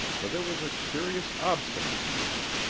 for there was a curious obstinacy in it.